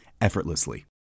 effortlessly